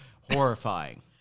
horrifying